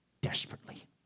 desperately